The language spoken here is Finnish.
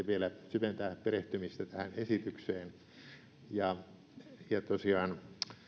vielä syventää perehtymistään tähän esitykseen tosiaan